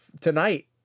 tonight